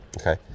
Okay